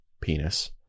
penis